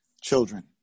children